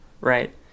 right